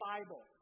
Bible